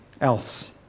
else